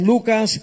Lucas